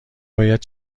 باید